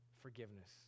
forgiveness